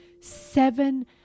Seven